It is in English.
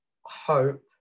hope